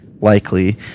likely